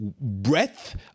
breadth